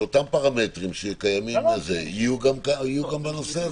שאותם פרמטרים שקיימים יהיו גם בנושא הזה.